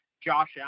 Josh